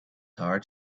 heart